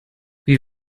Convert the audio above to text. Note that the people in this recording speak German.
wie